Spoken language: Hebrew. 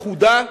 אחודה,